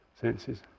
senses